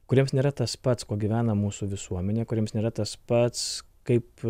kuriems nėra tas pats kuo gyvena mūsų visuomenė kuriems nėra tas pats kaip